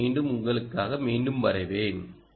எஸ்ஸை மீண்டும் உங்களுக்காக மீண்டும் வரைவேன்